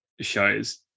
shows